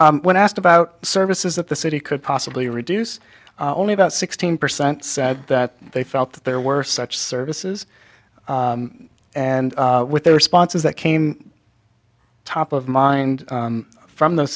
when asked about services that the city could possibly reduce only about sixteen percent said that they felt that there were such services and with the responses that came top of mind from those